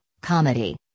Comedy